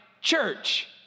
church